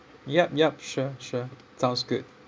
yup yup sure sure sounds good